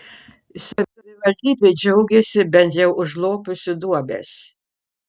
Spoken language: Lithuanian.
savivaldybė džiaugiasi bent jau užlopiusi duobes